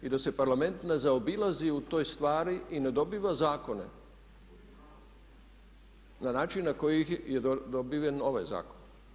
I da se Parlament ne zaobilazi u toj stvari i ne dobiva zakone na način na koji je dobiven ovaj zakon.